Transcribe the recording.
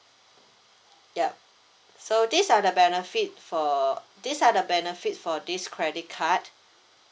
yup so these are the benefit for these are the benefits for this credit card